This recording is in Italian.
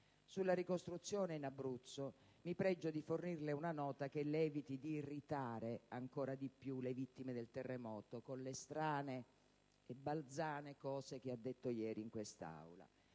Sulla ricostruzione in Abruzzo mi pregio di fornirle una nota che le eviti di irritare ancora di più le vittime del terremoto con le strane e balzane cose che ha detto ieri in quest'Aula.